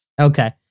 Okay